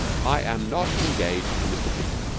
i am not engaged to mr. bleke,